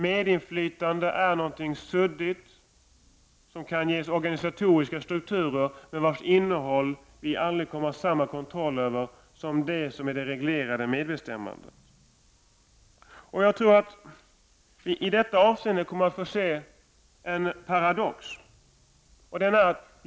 Det är någonting suddigt som ges organisatoriska strukturer men vars innehåll vi aldrig kommer att ha samma kontroll över som över det reglerade medbestämmandet. I detta avseende tror jag att vi kommer att få se en paradox.